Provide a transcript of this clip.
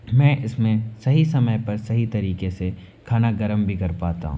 मैं इसमें सही समय पर सही तरीके से खाना गरम भी कर पाता हूँ